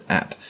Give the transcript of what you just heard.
app